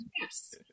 Yes